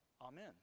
amen